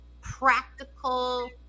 practical